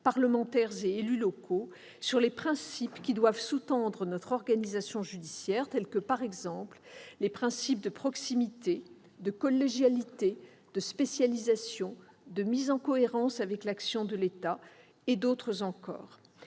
parlementaires et élus locaux - sur les principes qui doivent sous-tendre notre organisation judiciaire, tels que les principes de proximité, de collégialité, de spécialisation et de mise en cohérence avec l'action de l'État. Des